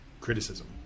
criticism